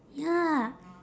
ya